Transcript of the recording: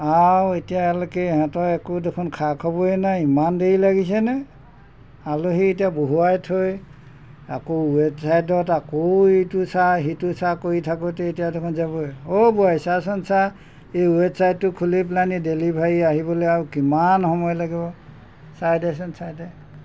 আৰু এতিয়ালৈকে ইহঁতৰ একো দেখোন খা খাবৰেই নাই ইমান দেৰি লাগিছেনে আলহী এতিয়া বহুৱাই থৈ আকৌ ৱেবছাইটত আকৌ এইটো চা সিটো চা কৰি থাকোঁতে এতিয়া দেখোন যাবই অ' বোৱাৰী চাচোন চা এই ৱেবছাইটটো খুলি পেলাই নি ডেলিভাৰী আহিবলৈ আৰু কিমান সময় লাগিব চাই দেচোন চাই দে